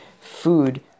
food